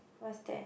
what's that